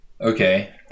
Okay